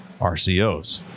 RCOs